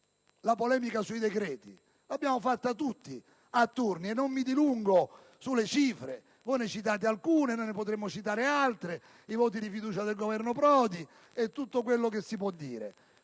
alla polemica sui decreti, l'abbiamo fatta tutti a turno e non mi dilungo sulle cifre: voi ne citate alcune, noi ne potremmo citare altre (i voti di fiducia del Governo Prodi, per esempio);